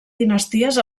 dinasties